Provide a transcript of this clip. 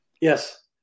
Yes